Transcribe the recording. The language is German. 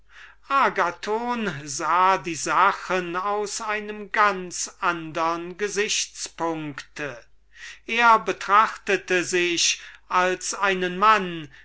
sah die sachen aus einem ganz andern gesichts punkt er betrachtete sich als einen mann